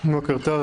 בוקר טוב.